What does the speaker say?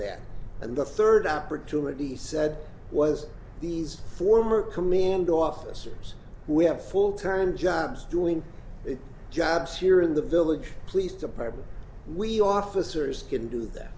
that and the third opportunity he said was these former command officers we have full turn jobs doing it jobs here in the village police department we officers can do that